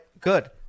good